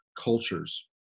cultures